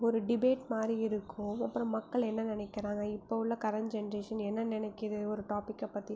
ஒரு டிபேட் மாதிரி இருக்கும் அப்புறம் மக்கள் என்ன நினைக்கிறாங்க இப்போது உள்ள கரண்ட் ஜென்ரேஷன் என்ன நினைக்குது ஒரு டாப்பிக்கை பற்றி